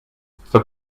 for